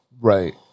Right